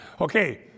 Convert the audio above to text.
Okay